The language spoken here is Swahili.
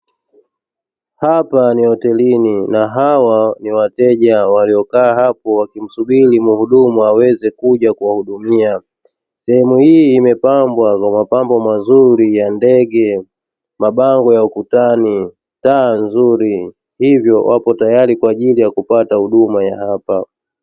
Hapa ni hotelini na hawa ni wateja waliokaa hapo wakimsubiri muhudumu aweze kuja kuwahudumia sehemu hii imepambwa kwa mapambo mazuri ya ndege, mabango ya ukutani, taa nzuri hivyo wapo tayari kwa ajili ya kupata huduma ya hapa.